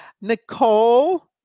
Nicole